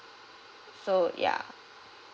so ya